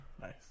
Nice